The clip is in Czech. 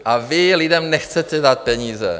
A vy lidem nechcete dát peníze.